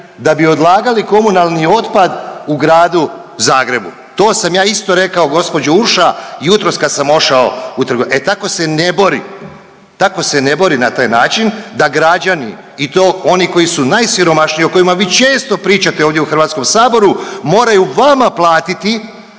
da bi odlagali komunalni otpad u Gradu Zagrebu. To sam ja isto rekao gospođo Urša jutros kad sam ošao u trgovinu. E tako se ne bori, tako se ne bori na taj način da građani i to oni koji su najsiromašniji o kojima vi često pričate ovdje u HS-u moraju vama platiti,